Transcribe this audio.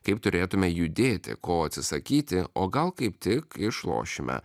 kaip turėtume judėti ko atsisakyti o gal kaip tik išlošime